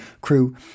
crew